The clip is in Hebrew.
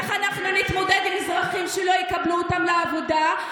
איך אנחנו נתמודד עם מזרחים שלא יקבלו אותם לעבודה?